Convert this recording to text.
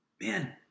man